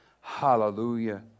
Hallelujah